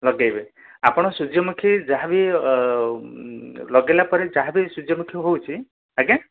ଲଗେଇବେ ଆପଣ ସୂର୍ଯ୍ୟମୁଖୀ ଯାହା ବି ଲଗେଇଲା ପରେ ଯାହା ବି ସୂର୍ଯ୍ୟମୁଖୀ ହେଉଛି ଆଜ୍ଞା